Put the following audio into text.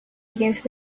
against